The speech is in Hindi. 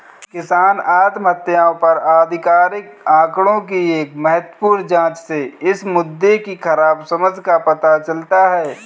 किसान आत्महत्याओं पर आधिकारिक आंकड़ों की एक महत्वपूर्ण जांच से इस मुद्दे की खराब समझ का पता चलता है